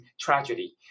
tragedy